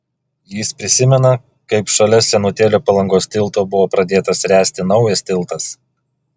jis prisimena kaip šalia senutėlio palangos tilto buvo pradėtas ręsti naujas tiltas